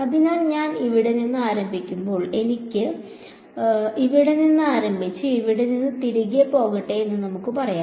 അതിനാൽ ഞാൻ ഇവിടെ നിന്ന് ആരംഭിക്കുമ്പോൾ ഇവിടെ നിന്ന് ഇവിടെ നിന്ന് ആരംഭിച്ച് ഇവിടെ നിന്ന് തിരികെ പോകട്ടെ എന്ന് നമുക്ക് പറയാം